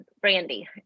Brandy